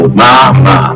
mama